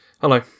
Hello